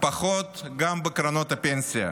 פחות גם בקרנות הפנסיה.